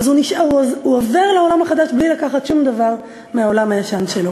הוא עובר לעולם החדש בלי לקחת שום דבר מהעולם הישן שלו.